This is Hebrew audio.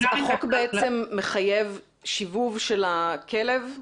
החוק בעצם מחייב שיבוב של הכלב?